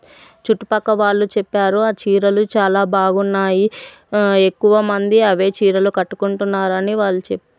చుట్టుప్రక్కన వాళ్ళు చెప్పారు ఆ చీరలు చాలా బాగున్నాయి ఎక్కువ మంది అవే చీరలు కట్టుకుంటున్నారని వాళ్ళు